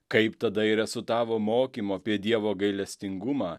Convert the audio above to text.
kaip tada ir esu tavo mokymo apie dievo gailestingumą